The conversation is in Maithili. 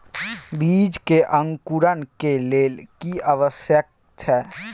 बीज के अंकुरण के लेल की आवश्यक छै?